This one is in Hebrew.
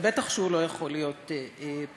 ובטח שהוא לא יכול להיות פוליטי.